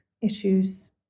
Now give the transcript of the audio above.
issues